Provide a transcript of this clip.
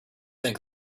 think